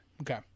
Okay